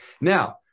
Now